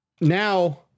now